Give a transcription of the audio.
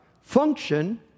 Function